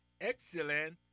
excellent